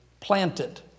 Planted